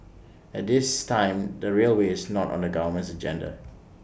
at this time the railway is not on the government's agenda